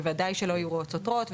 בוודאי שלא יהיו הוראות סותרות,